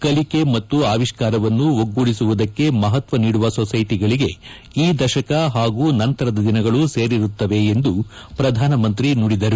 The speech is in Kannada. ಕಲಿಕೆ ಮತ್ತು ಅವಿಷ್ಕಾರವನ್ನು ಒಗ್ಗೂಡಿಸುವುದಕ್ಕೆ ಮಹತ್ವ ನೀಡುವ ಸೊಸೈಟಿಗಳಿಗೆ ಈ ದಶಕ ಹಾಗೂ ನಂತರದ ದಿನಗಳು ಸೇರಿರುತ್ತವೆ ಎಂದು ಪ್ರಧಾನಮಂತ್ರಿ ನುಡಿದರು